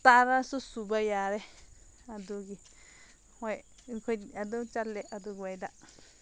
ꯇꯔꯥꯁꯨ ꯁꯨꯕ ꯌꯥꯔꯦ ꯑꯗꯨꯒꯤ ꯍꯣꯏ ꯑꯗꯨꯝ ꯆꯠꯂꯦ ꯑꯗꯨꯋꯥꯏꯗ